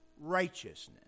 righteousness